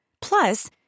Plus